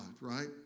right